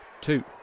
two